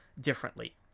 differently